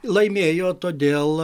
laimėjo todėl